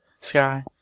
sky